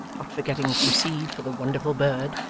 not forgetting some seed for the wonderful bird,